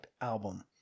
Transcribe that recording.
album